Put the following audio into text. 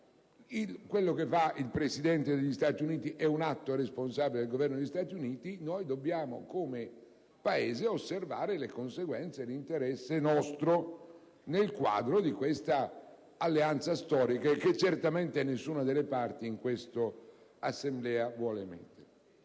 Quanto fa il Presidente degli Stati Uniti è un atto responsabile del Governo degli Stati Uniti. Noi, come Paese, dobbiamo osservarne le conseguenze nel nostro interesse, nel quadro di questa alleanza storica che certamente nessuna delle parti, in questa Assemblea, vuole venga